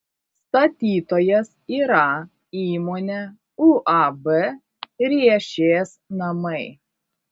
statytojas yra įmonė uab riešės namai